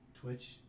Twitch